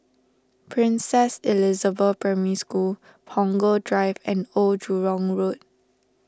Princess Elizabeth Primary School Punggol Drive and Old Jurong Road